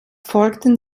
folgten